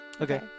Okay